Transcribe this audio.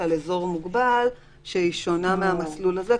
על אזור מוגבל שהיא שונה מהמסלול זה,